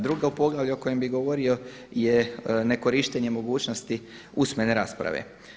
Drugo poglavlje o kojem bi govorio je nekorištenje mogućnosti usmene rasprave.